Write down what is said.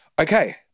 okay